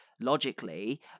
logically